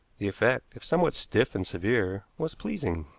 the effect, if somewhat stiff and severe, was pleasing.